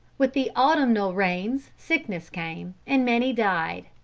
with the autumnal rains sickness came, and many died.